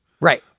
Right